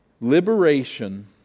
Liberation